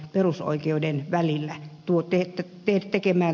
perusoikeuden väljäh tuotetta jota tekemää